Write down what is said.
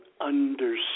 understand